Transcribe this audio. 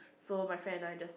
so my friend and I just